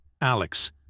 Alex